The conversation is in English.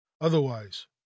Otherwise